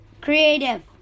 Creative